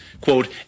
quote